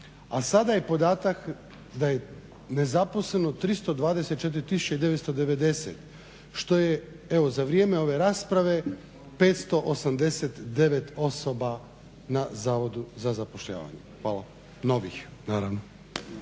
a sada je podatak da je nezaposleno 324 tisuće 990 što je evo za vrijeme ove rasprave 589 osoba na Zavodu za zapošljavanje novi naravno.